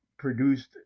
produced